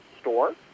store